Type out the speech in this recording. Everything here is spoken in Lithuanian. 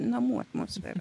namų atmosfera